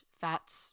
Fats